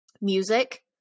music